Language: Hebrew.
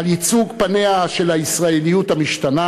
על ייצוג פניה של הישראליות המשתנה